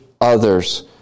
others